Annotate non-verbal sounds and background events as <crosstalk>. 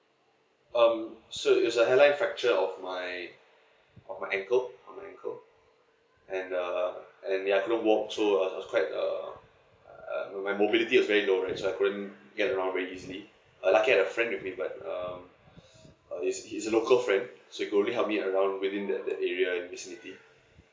um so it's a hairline fracture of my of my ankle on my ankle and um and ya I could not walk so it was quite uh um my mobility is very low right so I couldn't get around very easily uh lucky I had a friend with me but um <breath> uh he's he is a local friend so he couldn't help me around within the the area and vicinity